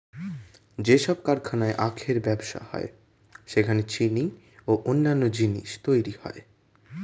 যেসব কারখানায় আখের ব্যবসা হয় সেখানে চিনি ও অন্যান্য জিনিস তৈরি হয়